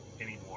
anymore